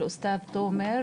עוסטאד תומר.